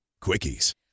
Quickies